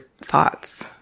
thoughts